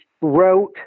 wrote